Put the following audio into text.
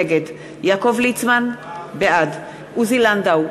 נגד יעקב ליצמן, בעד עוזי לנדאו,